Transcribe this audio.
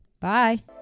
Bye